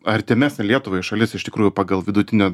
artimesnė lietuvai šalis iš tikrųjų pagal vidutinio